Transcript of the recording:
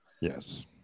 Yes